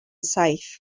saith